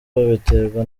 babiterwa